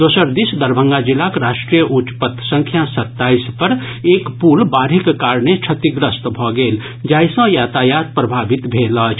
दोसर दिस दरभंगा जिलाक राष्ट्रीय उच्च पथ संख्या सताईस पर एक पुल बाढ़िक कारणे क्षतिग्रस्त भऽ गेल जाहि सॅ यातायात प्रभावित भेल अछि